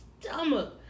stomach